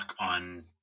on